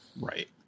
Right